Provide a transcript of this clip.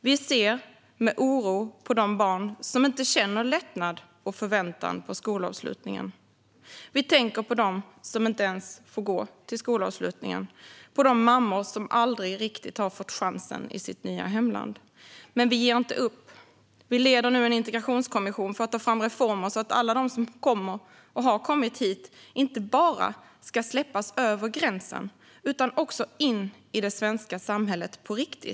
Vi ser med oro på de barn som inte känner lättnad och förväntan på skolavslutningen. Vi tänker på dem som inte ens får gå till skolavslutningen och på de mammor som aldrig riktigt har fått chansen i sitt nya hemland. Men vi ger inte upp. Vi leder nu en integrationskommission för att ta fram reformer så att alla som kommer och har kommit hit inte bara ska släppas över gränsen utan också in i det svenska samhället på riktigt.